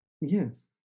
Yes